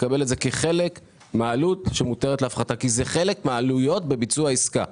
לקבל את זה כחלק מהעלות שמותרת להפחתה כי זה חלק מהעלויות בביצוע עסקה.